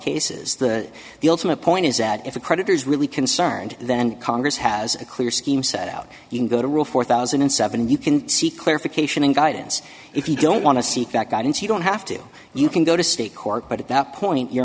cases that the ultimate point is that if a creditor is really concerned then congress has a clear scheme set out you can go to rule four thousand in seven you can see clarification and guidance if you don't want to see that guidance you don't have to you can go to state court but at that point you're